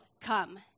come